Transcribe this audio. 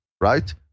right